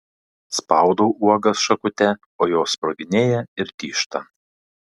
spaudau uogas šakute o jos sproginėja ir tyžta